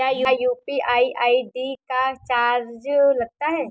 क्या UPI ID का charge लगता है?